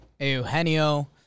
Eugenio